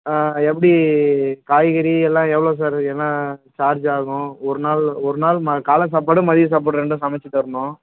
ஆ எப்படி காய்கறி எல்லா எவ்வளோ சார் என்ன சார்ஜ் ஆகும் ஒரு நாள் ஒரு நாள் ம காலை சாப்பாடு மதிய சாப்பாடு இரண்டும் சமைத்துத் தரணும்